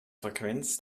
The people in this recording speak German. frequenz